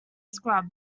scrub